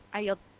i yield.